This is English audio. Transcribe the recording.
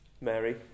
Mary